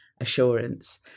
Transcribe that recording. assurance